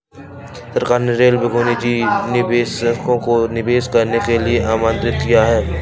सरकार ने रेलवे में निजी निवेशकों को निवेश करने के लिए आमंत्रित किया